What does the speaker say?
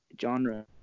genre